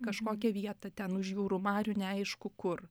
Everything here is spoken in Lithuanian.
kažkokią vietą ten už jūrų marių neaišku kur